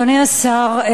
אדוני השר,